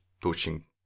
pushing